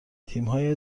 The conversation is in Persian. تیمهای